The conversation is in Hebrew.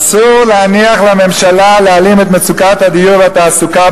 אסור להניח לממשלה להעלים את מצוקת הדיור והתעסוקה,